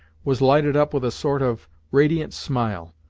was lighted up with a sort of radiant smile,